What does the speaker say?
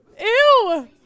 Ew